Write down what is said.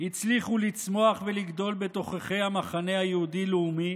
הצליחו לצמוח ולגדול בתוככי המחנה היהודי-לאומי